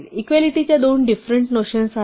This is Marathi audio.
इक्वालिटीच्या दोन डिफरंट नोशन्स आहेत